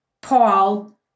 Paul